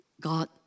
God